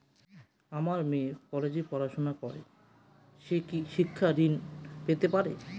আমার মেয়ে কলেজে পড়াশোনা করে সে কি শিক্ষা ঋণ পেতে পারে?